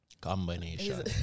Combination